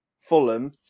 Fulham